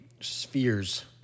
spheres